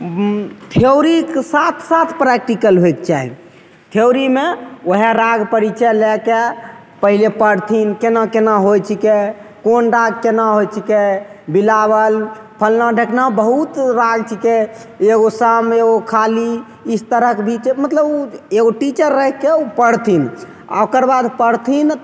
थ्योरीके साथ साथ प्रैक्टिकल होइके चाही थ्योरीमे वएह राग परिचय लए कऽ पहिले पढ़थिन केना केना होइ छिकै कोन राग केना होइ छिकै बिलाबल फलाँ ढिकना बहुत राग छिकै एगो साम एगो खाली इस तरहके बीच मतलब एगो टीचर राखिके उ पढ़थिन आओर ओकर बाद पढ़थिन